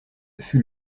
fut